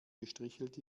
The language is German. gestrichelt